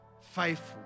faithful